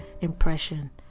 impression